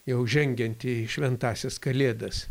jau žengiant į šventąsias kalėdas